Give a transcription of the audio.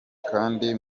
kandi